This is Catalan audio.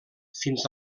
fins